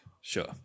Sure